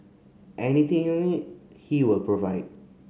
anything you need he will provide